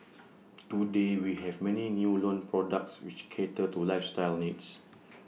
today we have many new loan products which cater to lifestyle needs